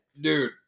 Dude